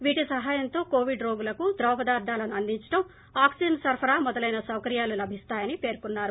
వీటి సహాయంతో కోవిడ్ రోగులకు ద్రవపదార్దాలను అందించడం ఆక్సిజన్ సరఫరా మొదలైన సౌకర్యాలు లభిస్తాయని పేర్కొన్నారు